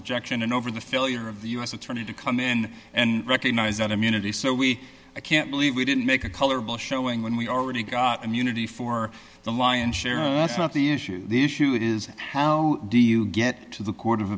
objection and over the failure of the u s attorney to come in and recognize that immunity so we can't believe we didn't make a colorable showing when we already got immunity for the lion share not the issue the issue is how do you get to the court of